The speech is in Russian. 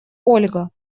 ольга